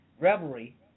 revelry